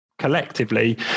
collectively